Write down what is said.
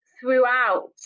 throughout